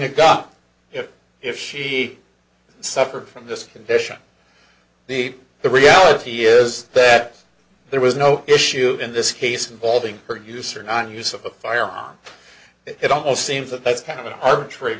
to got it if she suffered from this condition the the reality is that there was no issue in this case involving her use or nonuse of the fire on it almost seems that that's kind of an arbitrary